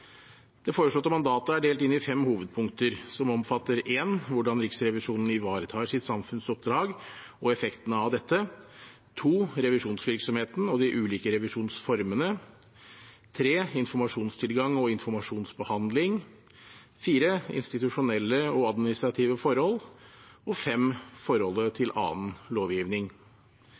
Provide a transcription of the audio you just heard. Det foreslåtte mandatet er delt inn i fem hovedpunkter, som omfatter hvordan Riksrevisjonen ivaretar sitt samfunnsoppdrag og effektene av dette revisjonsvirksomheten og de ulike revisjonsformene informasjonstilgang og informasjonsbehandling institusjonelle og administrative forhold forholdet til annen lovgivning